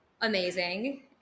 amazing